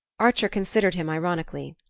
archer considered him ironically.